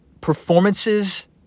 performances